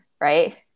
right